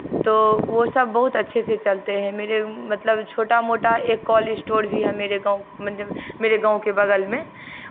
तो वो सब बहुत अच्छे से चलते हैं मेरे मतलब छोटा मोटा एक कोल्ड स्टोर भी है मेरे गाँव मतलब मेरे गाँव के बगल में